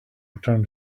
return